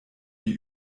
die